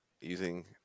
using